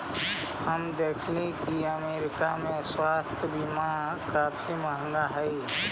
हम देखली की अमरीका में स्वास्थ्य बीमा काफी महंगा हई